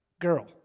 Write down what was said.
girl